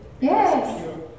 Yes